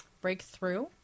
Breakthrough